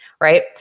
right